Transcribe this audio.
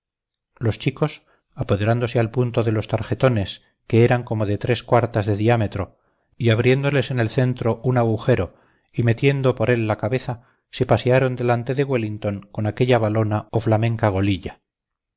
los chicos apoderáronse al punto de los tarjetones que eran como de tres cuartas de diámetro y abriéndoles en el centro un agujero y metiendo por él la cabeza se pasearon delante de wellington con aquella valona o flamenca golilla